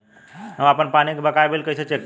हम आपन पानी के बकाया बिल कईसे चेक करी?